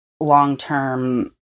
long-term